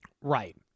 Right